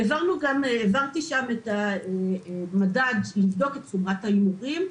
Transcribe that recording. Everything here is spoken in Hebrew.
העברתי שם את המדד שיבדוק את חומרת ההימורים,